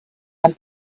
and